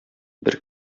бер